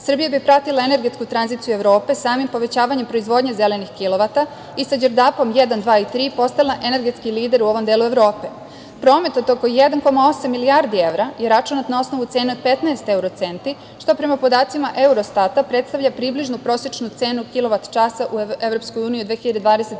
Srbija bi pratila energetsku tranziciju Evrope samim povećavanjem proizvodnje zelenih kilovata i sa Đerdapom 1, 2 i 3 postala energetski lider u ovom delu Evrope. Promet od oko 1,8 milijardi evra je računat na osnovu cene od 15 evrocenti, što prema podacima Eurostata predstavlja približno prosečnu cenu kilovat časa u EU u 2021.